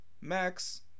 max